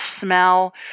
smell